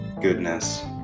goodness